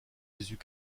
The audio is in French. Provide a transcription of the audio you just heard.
jésus